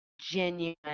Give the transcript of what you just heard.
genuine